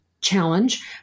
challenge